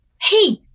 hey